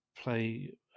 play